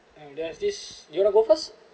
and there's this you wanna go first